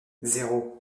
zéro